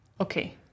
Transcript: okay